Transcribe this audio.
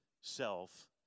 self